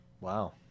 Wow